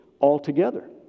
altogether